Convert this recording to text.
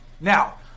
Now